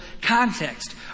context